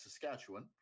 Saskatchewan